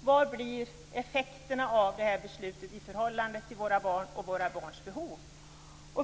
Vad blir effekterna av beslutet i förhållande till våra barn och våra barns behov?